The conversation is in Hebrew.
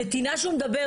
הנתינה שהוא מדבר,